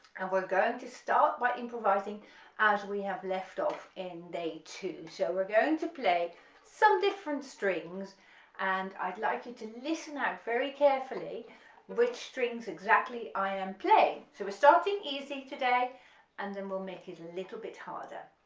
and we're going to start by improvising as we have left off in day two, so we're going to play some different strings and i'd like you to listen out very carefully which strings exactly i am playing, so we're starting easy today and then we'll make it a little bit harder